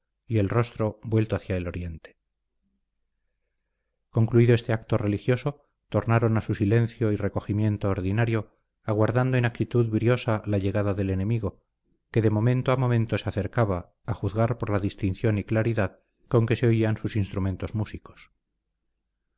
y el rostro vuelto hacia el oriente concluido este acto religioso tornaron a su silencio y recogimiento ordinario aguardando en actitud briosa la llegada del enemigo que de momento a momento se acercaba a juzgar por la distinción y claridad con que se oían sus instrumentos músicos